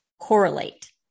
correlate